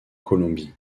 colombie